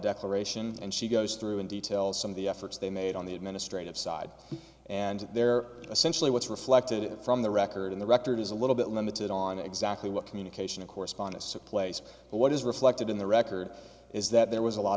declaration and she goes through in detail some of the efforts they made on the administrative side and they're essentially what's reflected from the record in the record is a little bit limited on exactly what communication corresponds to place what is reflected in the record is that there was a lot